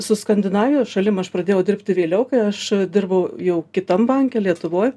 su skandinavijos šalim aš pradėjau dirbti vėliau kai aš dirbau jau kitam banke lietuvoj